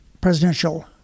presidential